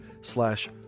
slash